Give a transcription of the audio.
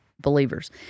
Believers